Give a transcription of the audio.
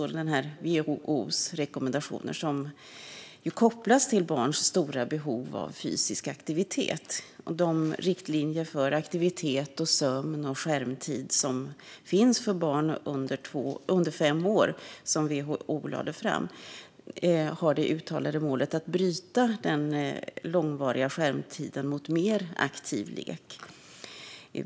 WHO:s rekommendationer för barn är kopplade till just barns stora behov av fysisk aktivitet. WHO:s riktlinjer för aktivitet, sömn och skärmtid för barn under fem år har det uttalade målet att byta den långvariga skärmtiden mot mer aktiv lek.